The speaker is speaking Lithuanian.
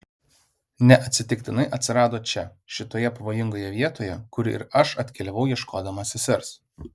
neatsitiktinai atsirado čia šitoje pavojingoje vietoje kur ir aš atkeliavau ieškodama sesers